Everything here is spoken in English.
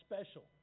special